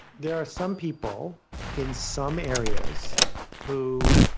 there are some people in some areas who